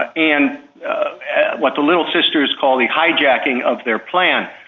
ah and what the little sisters call the hijacking of their plan.